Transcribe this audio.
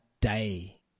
day